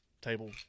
table